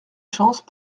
chance